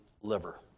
liver